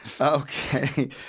Okay